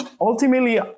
Ultimately